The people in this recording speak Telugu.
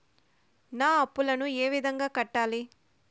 నా అప్పులను ఏ విధంగా కట్టాలి?